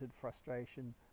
frustration